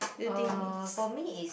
uh for me it's